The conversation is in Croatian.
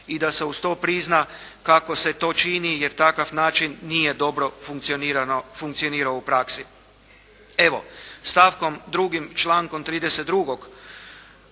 i da se uz to prizna kako se to čini, jer takav način nije dobro funkcionirao u praksi. Evo, stavkom 2. člankom 32.